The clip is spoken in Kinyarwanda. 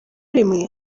rimwe